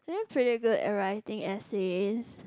you look pretty good at writing essays